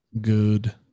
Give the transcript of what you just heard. good